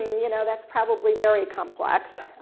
you know, that's probably very complex.